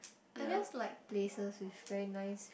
I just like places with very nice